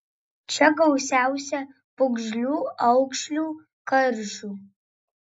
čia gausiausia pūgžlių aukšlių karšių